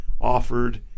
offered